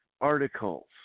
articles